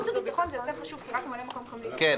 בחוץ וביטחון זה יותר חשוב כי רק ממלאי מקום יכולים להיכנס.